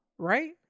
Right